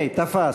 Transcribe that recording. הנה, תפס,